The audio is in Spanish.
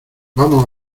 vamos